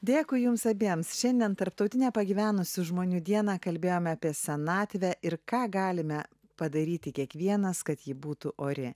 dėkui jums abiems šiandien tarptautinę pagyvenusių žmonių dieną kalbėjome apie senatvę ir ką galime padaryti kiekvienas kad ji būtų ori